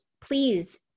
please